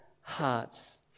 hearts